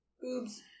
Boobs